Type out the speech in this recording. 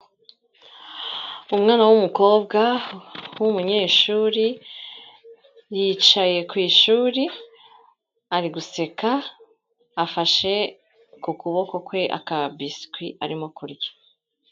Umwana w'umukobwa w'umunyeshuri, yicaye ku ishuri ari guseka, afashe ku kuboko kwe aka biscuit arimo kurya.